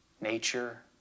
Nature